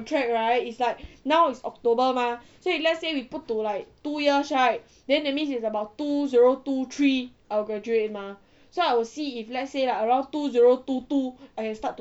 the track right is like now is october mah so if let's say we put to like two years right then that means it's about two zero two three I will graduate mah so I'll see if let's say lah around two zero two two I can start to